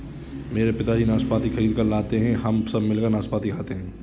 मेरे पिताजी नाशपाती खरीद कर लाते हैं हम सब मिलकर नाशपाती खाते हैं